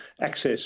access